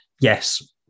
Yes